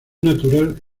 natural